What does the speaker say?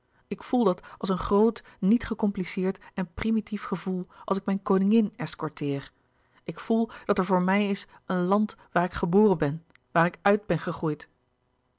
ik voel dat als een groot niet gecompliceerd en primitief gevoel als ik mijn koningin escorteer ik voel dat er voor mij is een land waar ik geboren ben waar ik uit ben gegroeid